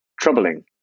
troubling